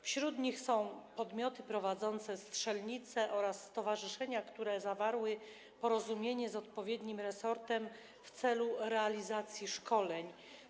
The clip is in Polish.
Wśród nich są podmioty prowadzące strzelnice oraz stowarzyszenia, które zawarły porozumienie z odpowiednim resortem w celu realizacji szkoleń.